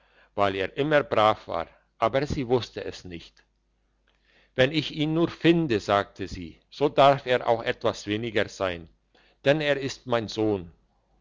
weil er immer brav war aber sie wusste es nicht wenn ich ihn nur finde sagte sie so darf er auch etwas weniger sein denn er ist mein sohn